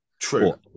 True